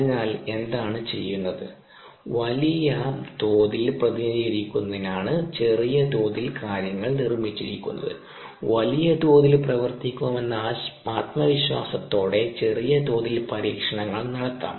അതിനാൽ എന്താണ് ചെയ്യുന്നത് വലിയ തോതിൽ പ്രതിനിധീകരിക്കുന്നതിനാണ് ചെറിയ തോതിൽ കാര്യങ്ങൾ നിർമ്മിച്ചിരിക്കുന്നത് വലിയ തോതിൽ പ്രവർത്തിക്കുമെന്ന ആത്മവിശ്വാസത്തോടെ ചെറിയ തോതിൽ പരീക്ഷണങ്ങൾ നടത്താം